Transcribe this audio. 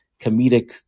comedic